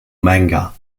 manga